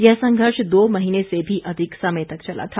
यह संघर्ष दो महीने से भी अधिक समय तक चला था